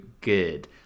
good